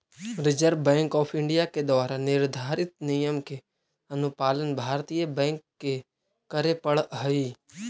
reserve bank of India के द्वारा निर्धारित नियम के अनुपालन भारतीय बैंक के करे पड़ऽ हइ